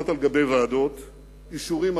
השלום.